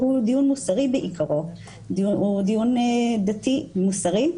שהוא דיון מוסרי בעיקרו הוא דיון דתי מוסרי,